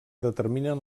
determinen